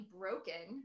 broken